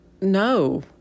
No